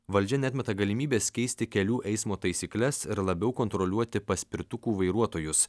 valdžia neatmeta galimybės keisti kelių eismo taisykles ir labiau kontroliuoti paspirtukų vairuotojus